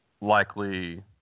likely